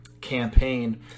campaign